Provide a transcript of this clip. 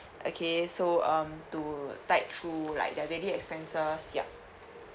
okay so um to tide through like their daily expenses yup